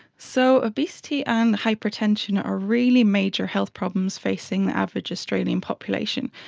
so obesity and hypertension are really major health problems facing the average australia population.